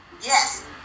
Yes